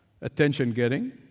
attention-getting